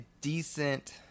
decent